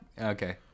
okay